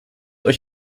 euch